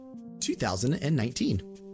2019